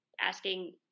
asking